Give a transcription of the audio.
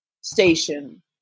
station